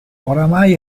oramai